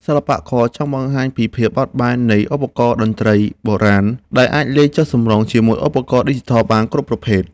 សិល្បករចង់បង្ហាញពីភាពបត់បែននៃឧបករណ៍តន្ត្រីបុរាណ ដែលអាចលេងចុះសម្រុងជាមួយឧបករណ៍ឌីជីថលគ្រប់ប្រភេទ។